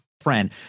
Friend